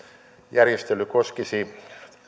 järjestely koskisi